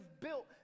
built